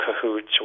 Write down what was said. cahoots